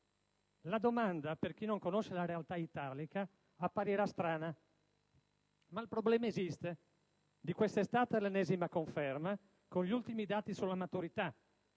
La domanda, per chi non conosce la realtà italica, apparirà strana. Ma il problema esiste. Di quest'estate l'ennesima conferma, con gli ultimi dati sulla maturità,